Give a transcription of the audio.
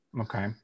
Okay